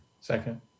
Second